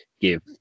give